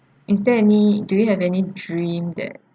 is there any do you have any dream that